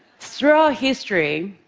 throughout history,